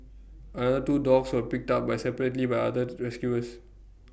another two dogs were picked up by separately by other the rescuers